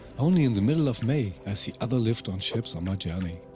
only in the middle of may, i see other lived-on ships on my journey.